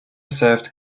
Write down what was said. served